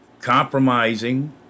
Compromising